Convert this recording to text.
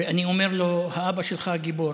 אני אומר לו: אבא שלך גיבור.